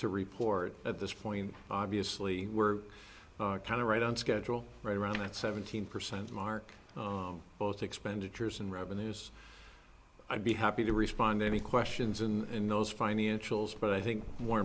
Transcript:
to report at this point obviously we're kind of right on schedule right around that seventeen percent mark both expenditures and revenues i'd be happy to respond to any questions and those financials but i think more